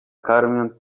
karmiąc